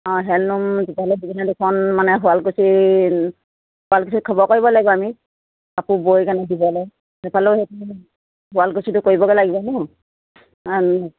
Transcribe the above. অঁ দুখন মানে শুৱালকুছি শুৱালকুচিত খবৰ কৰিব লাগিব আমি কাপোৰ বৈ কেণে দিবলে সেফালেও সেই শুৱালকুচিটো কৰিবগে লাগিব ন